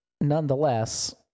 nonetheless